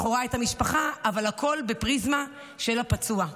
לכאורה, את המשפחה, אבל הכול בפריזמה של הפצוע.